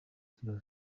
ikibazo